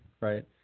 right